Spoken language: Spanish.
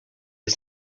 del